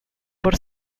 por